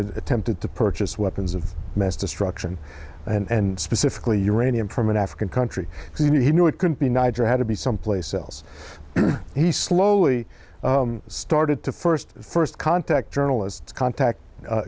had attempted to purchase weapons of mass destruction and specifically uranium from an african country he knew it couldn't be niger had to be someplace else he slowly started to first first contact journalists contact